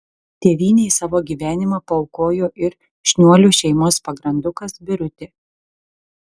tėvynei savo gyvenimą paaukojo ir šniuolių šeimos pagrandukas birutė